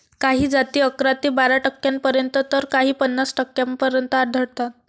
काही जाती अकरा ते बारा टक्क्यांपर्यंत तर काही पन्नास टक्क्यांपर्यंत आढळतात